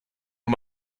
nun